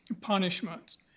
punishments